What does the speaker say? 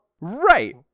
Right